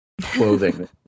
clothing